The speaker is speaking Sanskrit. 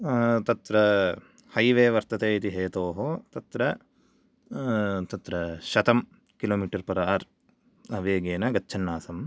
तत्र हैवे वर्तते इति हेतोः तत्र तत्र शतं किलोमिटर् पर् हार् वेगेन गच्छन् आसम्